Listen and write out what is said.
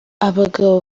abagabo